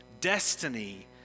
destiny